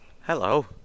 hello